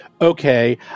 Okay